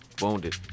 wounded